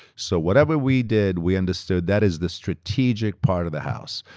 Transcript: so whatever we did, we understood that is the strategic part of the house.